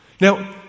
now